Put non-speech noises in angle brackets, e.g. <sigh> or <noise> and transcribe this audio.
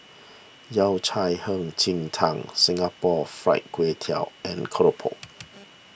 Yao Cai Hei Ji Tang Singapore Fried Kway Tiao and Keropok <noise>